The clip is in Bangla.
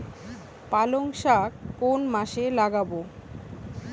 পালংশাক কোন মাসে লাগাব?